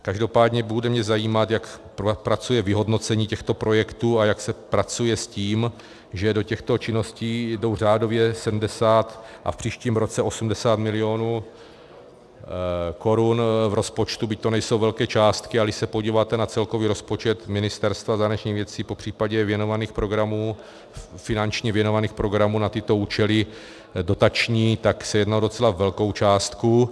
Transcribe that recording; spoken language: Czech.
Každopádně bude mě zajímat, jak pracuje vyhodnocení těchto projektů a jak se pracuje s tím, že do těchto činností jde řádově 70 a v příštím roce 80 milionů korun v rozpočtu, byť to nejsou velké částky, ale když se podíváte na celkový rozpočet Ministerstva zahraničních věcí, popřípadě věnovaných programů, finančně věnovaných programů na tyto účely dotační, tak se jedná o docela velkou částku.